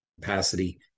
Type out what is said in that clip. capacity